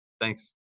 Thanks